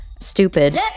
stupid